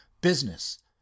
business